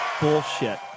Bullshit